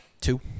Two